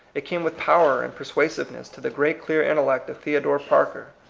it came with power and persuasiveness to the great clear intellect of theodore parker.